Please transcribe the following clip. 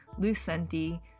Lucenti